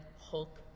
Hulk